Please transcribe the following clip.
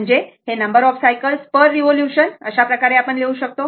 म्हणजे हे number of cycles per revolution अशा प्रकारे आपण लिहू शकतो